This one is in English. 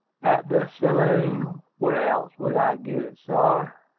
at de saloon where else would i get it, sar?